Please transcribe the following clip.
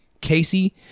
Casey